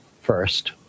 first